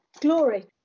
Glory